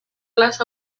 las